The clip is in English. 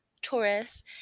Taurus